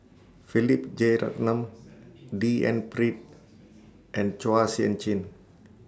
Philip Jeyaretnam D N Pritt and Chua Sian Chin